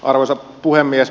arvoisa puhemies